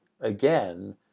again